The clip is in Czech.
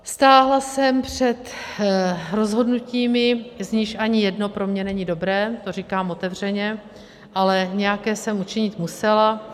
Stála jsem před rozhodnutími, z nichž ani jedno pro mě není dobré, to říkám otevřeně, ale nějaké jsem učinit musela.